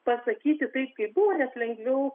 pasakyti taip kaip buvo nes lengviau